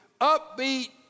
upbeat